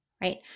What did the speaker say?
right